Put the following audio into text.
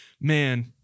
man